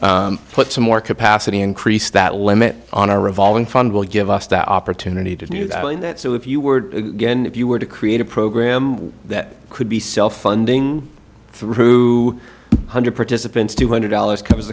to put some more capacity increase that limit on our revolving fund will give us the opportunity to do that so if you were if you were to create a program that could be self funding through one hundred participants two hundred dollars comes